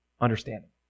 understanding